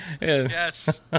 Yes